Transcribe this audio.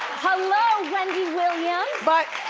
hello, wendy williams. but